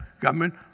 government